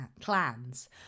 clans